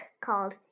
called